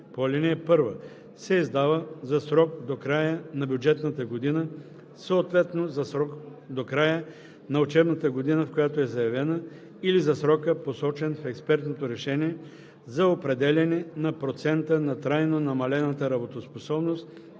по ал. 1 се издава за срок до края на бюджетната година, съответно за срок до края на учебната година, в която е заявена, или за срока, посочен в експертното решение за определяне на процента на трайно намалената работоспособност